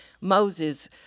Moses